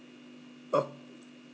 oh